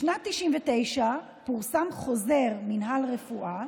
בשנת 1999 פורסם חוזר מינהל רפואה